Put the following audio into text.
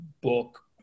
book